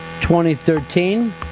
2013